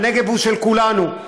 הנגב הוא של כולנו,